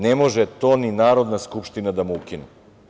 Ne može to ne Narodna skupština da mu ukine.